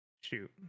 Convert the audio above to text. shoot